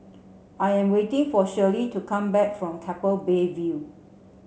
I am waiting for Shirley to come back from Keppel Bay View